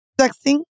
Sexing